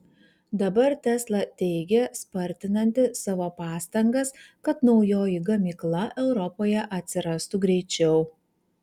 dabar tesla teigia spartinanti savo pastangas kad naujoji gamykla europoje atsirastų greičiau